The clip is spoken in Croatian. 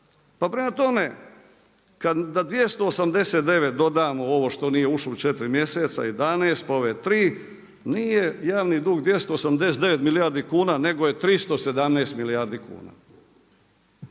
pa prema tome kada 289 dodamo ovo što nije ušlo u četiri mjeseca 11 pa ove 3, nije javni dug 289 milijardi kuna nego je 317 milijardi kuna.